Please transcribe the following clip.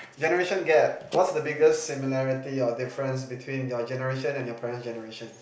generation gap what's the biggest similarity or difference between your generation and your parent's generation